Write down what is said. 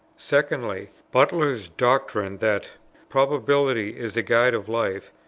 secondly, butler's doctrine that probability is the guide of life,